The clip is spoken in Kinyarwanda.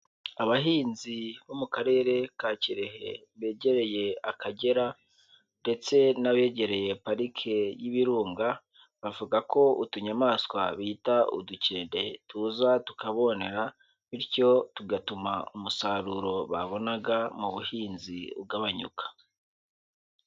Abahinzi bo mu karere ka Kirehe begereye Akagera ndetse n'abegereye parike y'ibirunga; bavuga ko utunyamaswa bita udukende tuza tukabonera bityo tugatuma umusaruro babonaga mu buhinzi ugabanyuka.